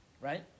Right